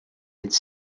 its